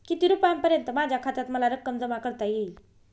किती रुपयांपर्यंत माझ्या खात्यात मला रक्कम जमा करता येईल?